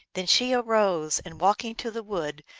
then she arose, and, walking to the wood,